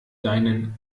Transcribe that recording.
deinen